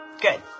good